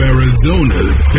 Arizona's